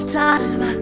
time